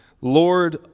Lord